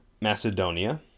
Macedonia